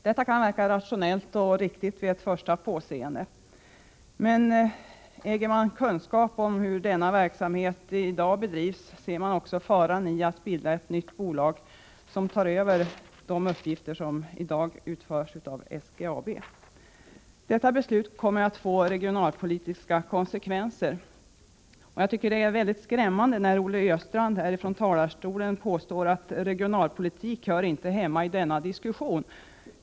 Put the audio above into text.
Detta kan verka rationellt och riktigt vid ett första påseende, men äger man kunskap om hur denna verksamhet i dag bedrivs ser man också faran i att bilda ett nytt bolag, som tar över de uppgifter som i dag utförs av SGAB. Detta beslut kommer att få regionalpolitiska konsekvenser. Jag tycker att det är mycket skrämmande att Olle Östrand från talarstolen påstår att regionalpolitik inte hör hemma i denna diskussion.